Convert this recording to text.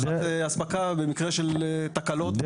אספקה במקרה של תקלות.